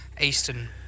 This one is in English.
eastern